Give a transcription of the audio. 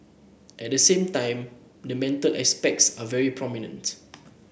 at the same time the mental aspects are very prominent